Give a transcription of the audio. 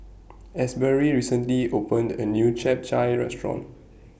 Asbury recently opened A New Chap Chai Restaurant